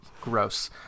Gross